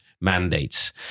mandates